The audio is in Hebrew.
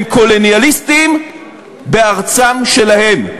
הם קולוניאליסטים בארצם שלהם,